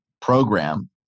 program